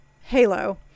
Halo